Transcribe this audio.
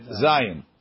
Zion